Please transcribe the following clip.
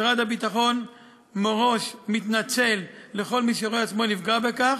משרד הביטחון מראש מתנצל בפני כל מי שרואה עצמו נפגע מכך,